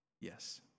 Yes